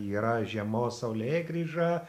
yra žiemos saulėgrįža